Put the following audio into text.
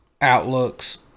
outlooks